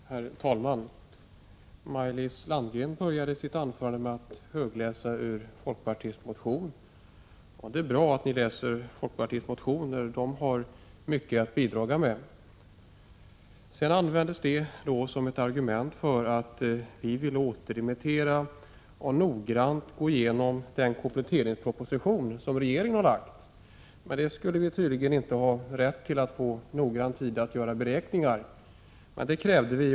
Herr talman! Maj-Lis Landberg började sitt anförande med att högläsa ur folkpartiets motion. Det är bra att ni läser folkpartiets motioner — de har mycket att bidra med. Sedan användes detta som ett argument för att vi ville återremittera och noggrant gå igenom den kompletteringsproposition som regeringen har lagt fram. Det skulle vi tydligen inte ha rätt till — vi skulle inte ha rätt att få tid till att göra noggranna beräkningar.